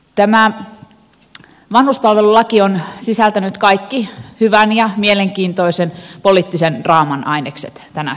tämä vanhuspalvelulaki on sisältänyt kaikki hyvän ja mielenkiintoisen poliittisen draaman ainekset tänä syksynä